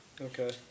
Okay